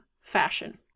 fashion